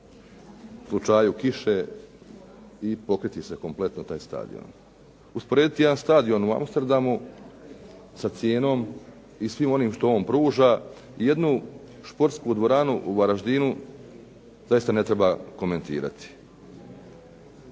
u slučaju kiše i pokriti se kompletno taj stadion. Usporediti jedan stadion u Amsterdamu sa cijenom i svim onim što on pruža, jednu športsku dvoranu u Varaždinu zaista nema komentirati.